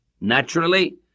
Naturally